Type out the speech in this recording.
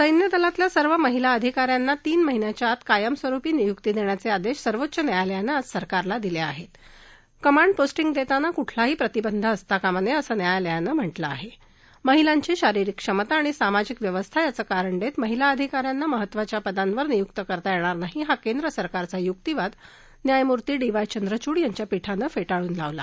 सैन्यदलातल्या सर्व महिला अधिकाऱ्यांना तीन महिन्याच्या आत कायम स्वरुपी नियुक्ती दखाचजिर्देश सर्वोच्च न्यायालयानं आज केंद्रसरकारला दिला क्रमांड पोस्टीग दक्षिमा कुठलाही प्रतिबंध असता कामा नयक्रिसं न्यायालयानं म्हटलं आह अहिलांची शारिरीक क्षमता आणि सामाजिक व्यवस्था यांच कारण दक्षा महिला अधिकाऱ्यांना महत्वाच्या पदांवर नियुक्त करता यप्तर नाही हा केंद्र सरकारचा युक्तीवाद न्यायमूर्ती डी वाय चंद्रचुड यांच्या पीठानं फ्टिळून लावला